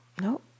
nope